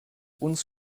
uns